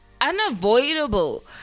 unavoidable